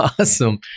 Awesome